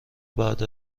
بعد